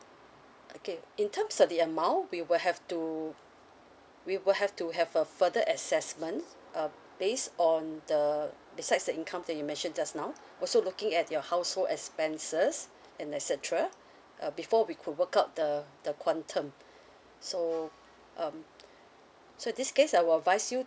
okay in terms of the amount we will have to we will have to have a further assessment err based on the besides the income that you mentioned just now also looking at your household expenses and etcetera uh before we could work out the the quantum so um so this case I will advise you